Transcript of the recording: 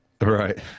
Right